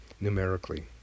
numerically